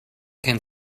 can